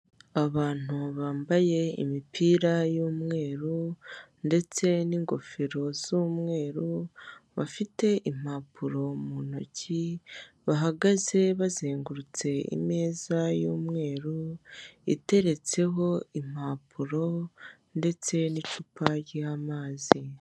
Abantu bambaye imipira y'umweru ndetse n'ingofero z'umweru bafite impapuro mu ntoki bahagaze bazengurutse imeza y'umweru iteretseho impapuro ndetse n'icupa ry'amazi.